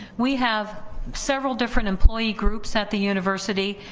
we have several different employee groups at the university.